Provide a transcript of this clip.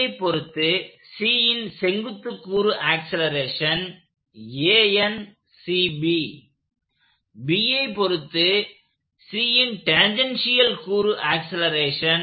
Bஐ பொருத்து Cன் செங்குத்து கூறு ஆக்சலேரேஷன் Bஐ பொருத்து Cன் டேஞ்சென்ஷியல் கூறு ஆக்சலேரேஷன்